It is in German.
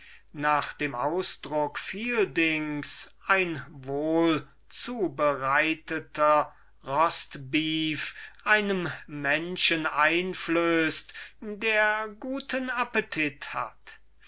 nach dem ausdruck des fieldings ein wohlzubereiteter rostbeef einem menschen einflößt der guten appetit hat